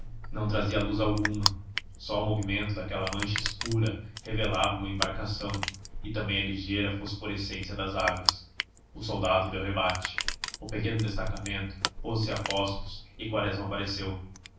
não trazia luz alguma só o movimento daquela mancha escura revelava uma embarcação e também a ligeira fosforescência das águas o soldado deu rebate o pequeno destacamento pôs-se a postos e quaresma apareceu